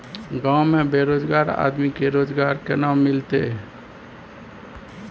गांव में बेरोजगार आदमी के रोजगार केना मिलते?